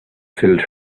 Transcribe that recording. filled